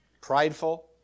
prideful